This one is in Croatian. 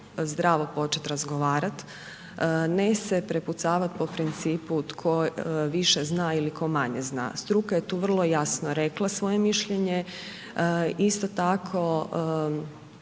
zdravo početi razgovarat, ne se prepucavat po principu tko više zna ili tko manje zna, struka je tu vrlo jasno rekla svoje mišljenje. Isto tako